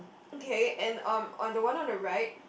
okay and um on the one on the right